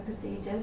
procedures